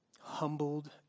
humbled